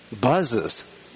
buzzes